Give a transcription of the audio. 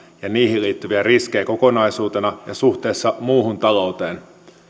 ja niihin liittyviä riskejä kokonaisuutena ja suhteessa muuhun talouteen